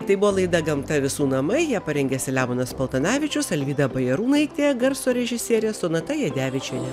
tai buvo laida gamta visų namai ją parengė selemonas paltanavičius alvyda bajarūnaitė garso režisierė sonata jadevičienė